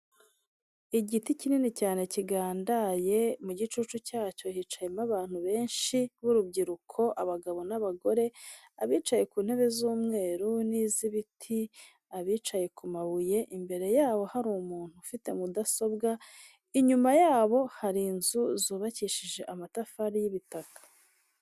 Igiti kinini cyane kigandaye, mu gicucu cyacyo hicayemo abantu benshi b'urubyiruko, abagabo n'abagore, abicaye ku ntebe z'umweru n'iz'ibiti, abicaye ku mabuye imbere ya hari umuntu ufite mudasobwa, inyuma yabo hari inzu zubakishije amatafari y'ibitaka.